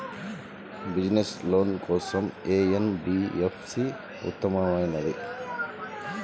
Business loan కోసం ఏ NBFC ఉత్తమమైనది?